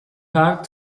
hard